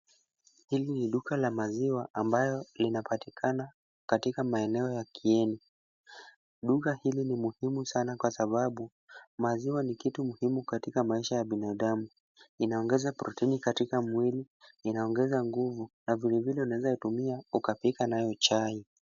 Hili ni duka la maziwa ambayo linapatikana katika maeneo ya Kieni. Duka hili ni muhimu sana kwa sababu maziwa ni kitu muhimu katika maisha ya binadamu. Inaongeza protein katika mwili, inaongeza nguvu na vilevile unaweza yatumia ukapika nayo chai.